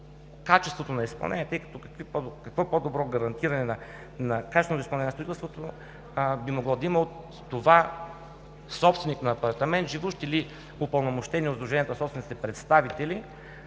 качеството на изпълнение. Какво по-добро гарантиране на качественото изпълнение на строителството би могло да има от това собственик на апартамент, живущ или упълномощени от сдружението на собствениците представители